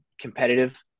competitive